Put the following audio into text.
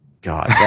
God